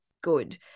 good